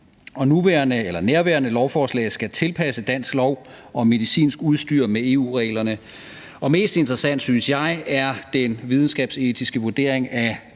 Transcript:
Nærværende lovforslag skal tilpasse dansk lov om medicinsk udstyr til EU-reglerne. Mest interessant, synes jeg, er den videnskabsetiske vurdering af